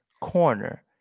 corner